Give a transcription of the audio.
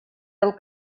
del